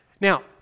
Now